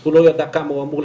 הוא לא ידע כמה הוא אמור לקבל,